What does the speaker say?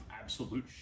absolute